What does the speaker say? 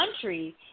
country